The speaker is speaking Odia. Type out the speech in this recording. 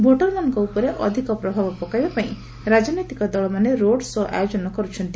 ଭୋଟରମାନଙ୍କ ଉପରେ ଅଧିକ ପ୍ରଭାବ ପକାଇବା ପାଇଁ ରାଜନୈତିକ ଦଳମାନେ ରୋଡ ଶୋ' ଆୟୋଜନ କରୁଛନ୍ତି